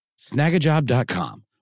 snagajob.com